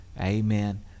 Amen